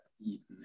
eaten